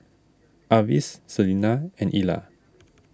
Avis Selina and Ila